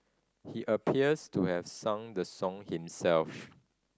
he appears to have sung the song himself